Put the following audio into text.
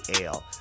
Ale